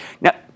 Now